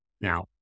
now